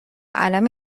اَلَم